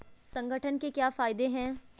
संगठन के क्या फायदें हैं?